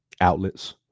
outlets